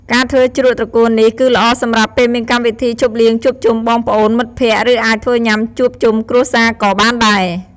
ការធ្វើជ្រក់ត្រកួននេះ គឺល្អសម្រាប់ពេលមានកម្មវិធីជប់លៀងជួបជុំបងប្អូន មិត្តភក្តិ ឬអាចធ្វើញ៉ាំជួបជុំគ្រួសារក៏បានដែរ។